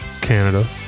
Canada